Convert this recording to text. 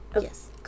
Yes